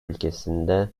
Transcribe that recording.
ülkesinde